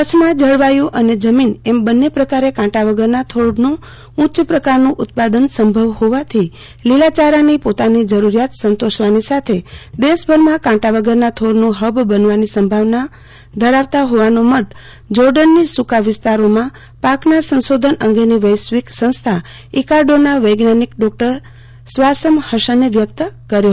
કચ્છમાં જળવાયુ અને જમીન એમ બંને પ્રકારે કાંટા વગરના થોરનું ઉચ્ચ પ્રકારનું ઉત્પાદન સમભાવ હોવાથી લીલાચારની પોતાની જરૂરિયાત સંતોષવાની સાથે દેશ ભરમાં કાંટા વગરના થોરનું હબ બનવાની સંભાવના ધરાવતો હોવાનો મત જોર્ડનની સુકા વિસ્તારોમાં પાકના સંશોધન અંગેની વૈશ્વિક સંસ્થા ઈકાર્ડાના વૈજ્ઞાનિક ડોક્ટર સ્વાસમ હસને વ્યક્ત કર્યો